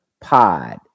Pod